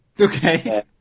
Okay